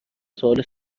سوال